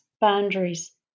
boundaries